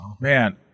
Man